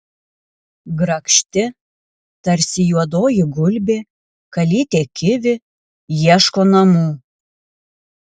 grakšti tarsi juodoji gulbė kalytė kivi ieško namų